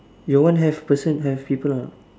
your one have person have people are